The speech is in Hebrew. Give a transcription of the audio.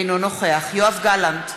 אינו נוכח יואב גלנט,